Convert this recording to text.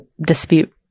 dispute